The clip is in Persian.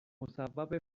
مصوب